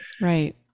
Right